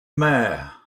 mayor